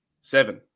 Seven